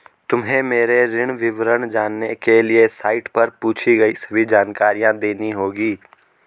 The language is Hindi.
तुम्हें मेरे ऋण विवरण जानने के लिए साइट पर पूछी गई सभी जानकारी देनी होगी